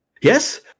yes